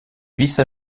vice